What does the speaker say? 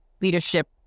leadership